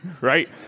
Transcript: right